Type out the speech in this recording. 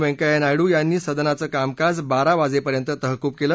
वेंकय्या नायडू यांनी सदनाचं कामकाज बारा वाजेपर्यंत तहकूब केलं